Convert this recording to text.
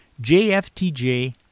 Jftj